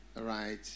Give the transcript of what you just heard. right